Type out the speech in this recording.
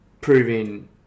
proving